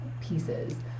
pieces